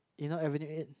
you no everyday it